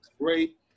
great